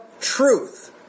truth